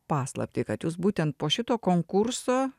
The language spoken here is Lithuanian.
paslaptį kad jūs būtent po šito konkurso